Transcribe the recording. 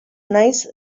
naiz